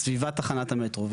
סביבת תחנת המטרו,